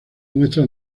muestra